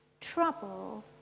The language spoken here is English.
trouble